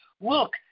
Look